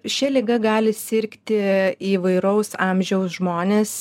šia liga gali sirgti įvairaus amžiaus žmonės